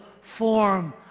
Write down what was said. form